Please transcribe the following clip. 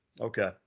okay